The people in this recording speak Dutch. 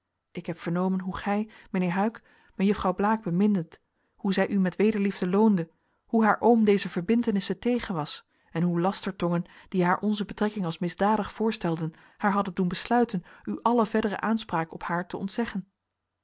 ik heb vernomen hoe gij mijnheer huyck mejuffrouw blaek bemindet hoe zij u met wederliefde loonde hoe haar oom deze verbintenissen tegen was en hoe lastertongen die haar onze betrekking als misdadig voorstelden haar hadden doen besluiten u alle verdere aanspraak op haar te ontzeggen